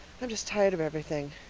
i'm just tired of everything.